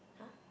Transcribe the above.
!huh!